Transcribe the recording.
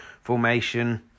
formation